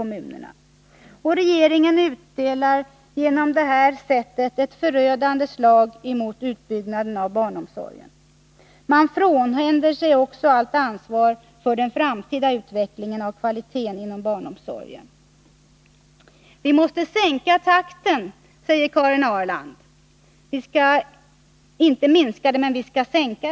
Man utdelar på detta sätt ett förödande slag mot utbyggnaden av barnomsorgen. Man frånhänder sig också allt ansvar för den framtida utvecklingen av kvaliteten inom barnomsorgen. Vi måste sänka takten i utbyggnaden, säger Karin Ahrland.